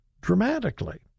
dramatically